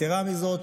יתרה מזו,